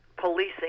policing